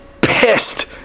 pissed